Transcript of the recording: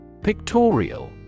Pictorial